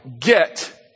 get